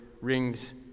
rings